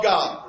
God